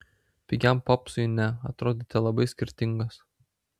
pigiam popsui ne atrodote labai skirtingos